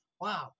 Wow